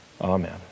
Amen